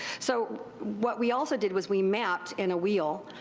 so what we also did was we mapped in a wheel,